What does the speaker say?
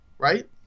right